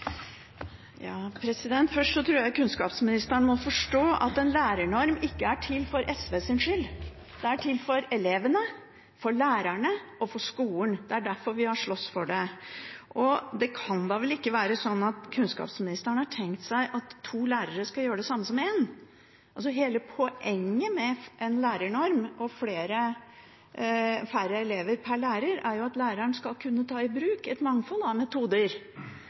må kunnskapsministeren forstå at en lærernorm ikke er til for SVs skyld. Den er til for elevene, for lærerne og for skolen. Det er derfor vi har slåss for den. Det kan da ikke være sånn at kunnskapsministeren har tenkt seg at to lærere skal gjøre det samme som én. Hele poenget med en lærernorm og færre elever per lærer er at læreren skal kunne ta i bruk et mangfold av metoder,